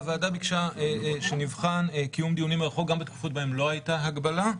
הוועדה ביקשה שנבחן קיום דיונים מרחוק גם בתקופות בהן לא הייתה הגבלה.